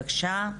בבקשה.